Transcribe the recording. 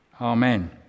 Amen